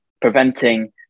preventing